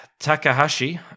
Takahashi